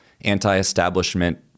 anti-establishment